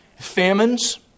famines